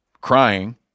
crying